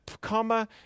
comma